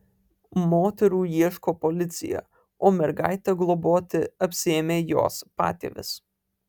moterų ieško policija o mergaitę globoti apsiėmė jos patėvis